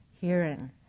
hearing